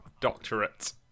doctorate